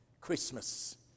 Christmas